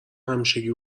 همیشگی